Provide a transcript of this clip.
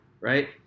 right